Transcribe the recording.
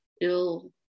ill